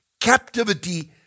captivity